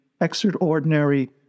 extraordinary